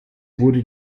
wurde